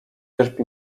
cierpi